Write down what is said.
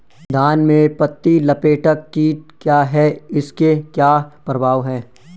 धान में पत्ती लपेटक कीट क्या है इसके क्या प्रभाव हैं?